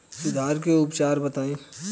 सुधार के उपाय बताई?